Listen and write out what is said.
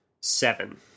Seven